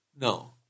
No